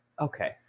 Okay